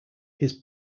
his